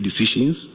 decisions